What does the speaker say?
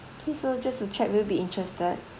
okay so just to check will you be interested